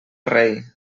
rei